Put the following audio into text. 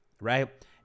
right